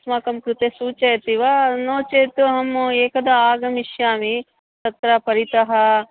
अस्माकं कृते सूचयति वा नो चेत् अहम् एकदा आगमिष्यामि तत्र परितः